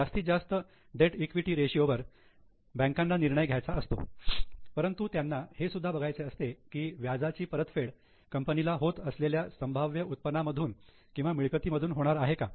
जास्तीत जास्त debt equity ratio वर बँकांना निर्णय घ्यायचा असतो परंतु त्यांना हे सुद्धा बघायचे असते की व्याजाची परतफेड कंपनीला होत असलेल्या संभाव्य उत्पन्नामधून किंवा मिळकतीमधून होणार आहे का